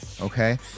Okay